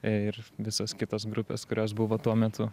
ir visos kitos grupės kurios buvo tuo metu